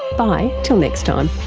bye till next time